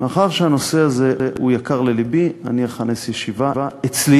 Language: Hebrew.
מאחר שהנושא הזה יקר ללבי, אני אכנס ישיבה אצלי.